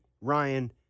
Ryan